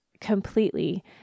completely